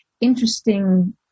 interesting